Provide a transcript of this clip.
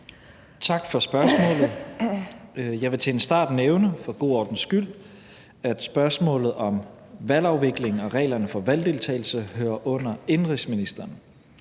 Tak for spørgsmålet. Jeg vil til en start for god ordens skyld nævne, at spørgsmålet om valgafvikling og reglerne for valgdeltagelse hører under indenrigsministeren.